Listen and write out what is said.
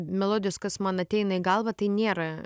melodijos kas man ateina į galvą tai nėra